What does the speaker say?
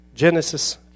Genesis